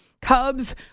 Cubs